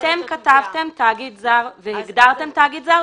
אתם כתבתם תאגיד זר והגדרתם תאגיד זר.